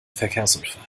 verkehrsunfall